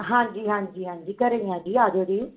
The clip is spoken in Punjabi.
ਹਾਂਜੀ ਹਾਂਜੀ ਹਾਂਜੀ ਘਰ ਹਾਂ ਜੀ ਆ ਜਾਉ ਜੀ